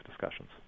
discussions